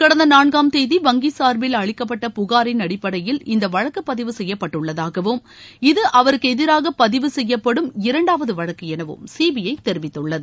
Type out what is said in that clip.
கடந்த நான்காம் தேதி வங்கி சார்பில் அளிக்கப்பட்ட புகாரின் அடிப்படையில் இந்த வழக்கு பதிவு செய்யப்பட்டுள்ளதாகவும் இது அவருக்கு எதிராக பதிவு செய்யப்படும் இரண்டாவது வழக்கு எனவும் சிபிஐ தெரிவித்துள்ளது